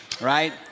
right